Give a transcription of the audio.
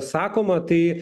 sakoma tai